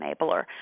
enabler